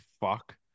Fuck